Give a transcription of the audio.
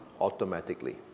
automatically